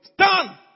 stand